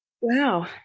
wow